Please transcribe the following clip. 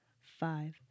five